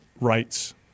rights